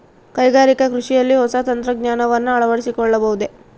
ಕೈಗಾರಿಕಾ ಕೃಷಿಯಲ್ಲಿ ಹೊಸ ತಂತ್ರಜ್ಞಾನವನ್ನ ಅಳವಡಿಸಿಕೊಳ್ಳಬಹುದೇ?